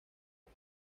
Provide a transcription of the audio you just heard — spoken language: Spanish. con